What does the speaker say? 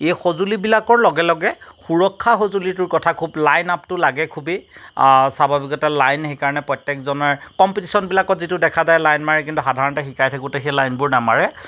এই সঁজুলিবিলাকৰ লগে লগে সুৰক্ষা সঁজুলিটোৰ কথা লাইন আপটো লাগে খুবেই স্বাভাৱিকতে লাইন সেইকাৰণে প্ৰত্যেকজনৰ কম্পিটিচন বিলাকত যিটো দেখা যায় লাইন মাৰে কিন্তু সাধাৰণতে শিকাই থাকোঁতে সেই লাইনবোৰ নামাৰে